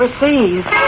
overseas